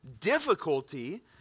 difficulty